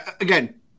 again